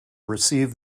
receive